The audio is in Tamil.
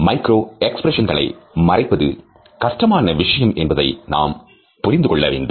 மைக்ரோ எக்ஸ்பிரஷன்களை மறைப்பது கஷ்டமான விஷயம் என்பதை நாம் புரிந்து கொள்ள வேண்டும்